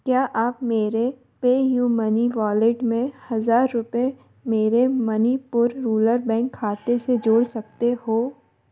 क्या आप मेरे पेयू मनी वॉलेट में हज़ार रुपये मेरे मणिपुर रूलर बैंक खाते से जोड़ सकते हो